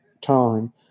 time